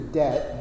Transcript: debt